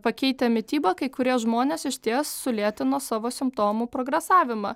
pakeitę mitybą kai kurie žmonės išties sulėtino savo simptomų progresavimą